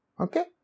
Okay